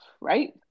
right